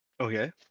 okay